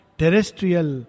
terrestrial